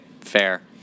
Fair